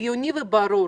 הגיוני וברור.